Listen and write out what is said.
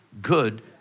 good